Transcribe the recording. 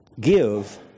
give